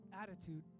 attitude